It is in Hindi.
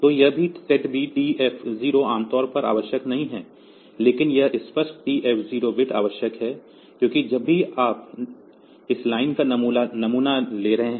तो यह भी SETB TF 0 आमतौर पर आवश्यक नहीं है लेकिन यह स्पष्ट TF 0 आवश्यक है क्योंकि जब भी आप इस लाइन का नमूना ले रहे हैं